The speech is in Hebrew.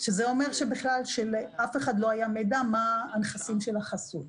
שזה אומר שבכלל לאף אחד לא היה מידע מה הנכסים של החסוי.